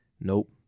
nope